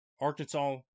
Arkansas